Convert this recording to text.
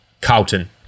Carlton